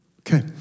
Okay